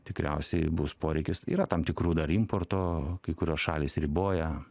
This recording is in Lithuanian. tikriausiai bus poreikis yra tam tikrų dar importo kai kurios šalys riboja